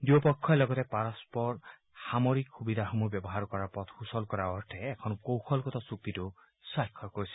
দুয়োপক্ষই লগতে পৰস্পৰৰ সামৰিক সুবিধাসমূহ ব্যৱহাৰ কৰাৰ পথ সুচল কৰাৰ অৰ্থে এখন কৌশলগত চুক্তিতো স্বাক্ষৰ কৰিছিল